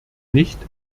nicht